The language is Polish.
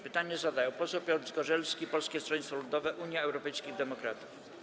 Pytanie zadaje poseł Piotr Zgorzelski, Polskie Stronnictwo Ludowe - Unia Europejskich Demokratów.